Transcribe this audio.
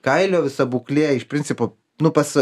kailio visa būklė iš principo nu pas